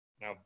now